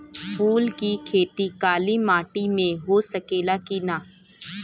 फूल के खेती काली माटी में हो सकेला की ना?